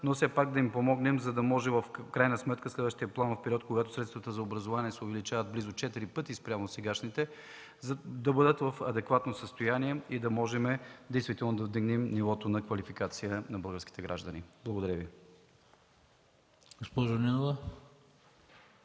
но все пак да им помогнем, за да може в крайна сметка в следващия планов период, когато средствата за образование се увеличават близо четири пъти спрямо сегашните, да бъдат в адекватно състояние и да можем да вдигнем нивото на квалификация на българските граждани. Благодаря.